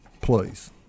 please